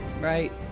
Right